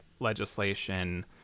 legislation